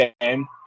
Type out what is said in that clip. game